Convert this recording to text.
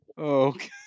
Okay